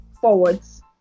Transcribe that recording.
forwards